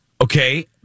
Okay